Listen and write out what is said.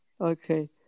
Okay